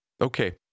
okay